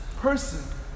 person